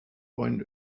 point